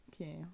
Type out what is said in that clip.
Okay